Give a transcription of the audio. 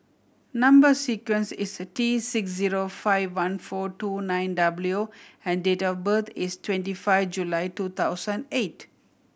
number sequence is T six zero five one four two nine W and date of birth is twenty five July two thousand eight